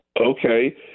Okay